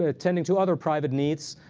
ah tending to other private needs.